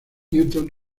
newton